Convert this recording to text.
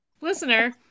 Listener